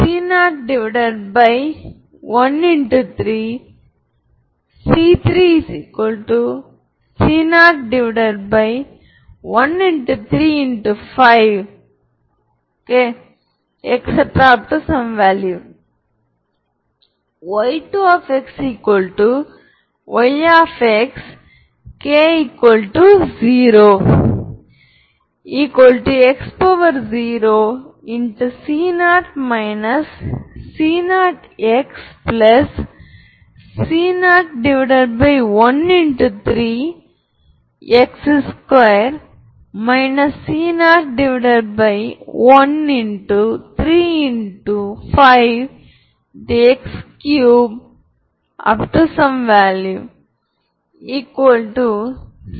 dot product ன் மேலே உள்ள வரையறையுடன் Lf gf Lg ஹெர்மிட்டியனா இல்லையா என்று பார்ப்போம் இப்போது டாட் ப்ராடக்ட் டெபினிஷன் படி f gabwxfxgx dx ஒருமுறை இந்த ஆபரேட்டர் Ly λy